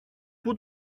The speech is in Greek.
πού